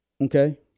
okay